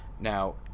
Now